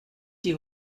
die